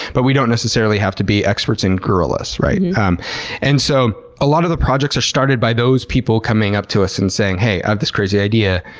but we don't necessarily have to be experts in gorillas. and um and so a lot of the projects are started by those people coming up to us and saying, hey, i have this crazy idea,